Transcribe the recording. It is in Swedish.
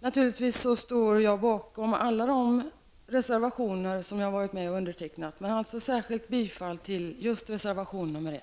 Naturligtvis står jag bakom alla de reservationer som jag har varit med om att underteckna, men jag yrkar alltså särskilt bifall till reservation nr 1.